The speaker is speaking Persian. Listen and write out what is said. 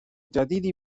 جدیدی